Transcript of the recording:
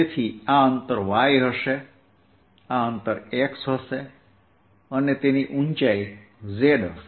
તેથી આ અંતર y હશે આ અંતર x હશે અને આ ઉંચાઇ z હશે